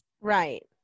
Right